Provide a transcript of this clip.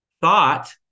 thought